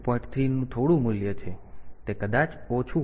3 નું થોડું મૂલ્ય છે તે કદાચ ઓછું હોઈ શકે છે કદાચ વધારે છે